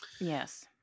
Yes